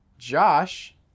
Josh